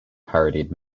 parodied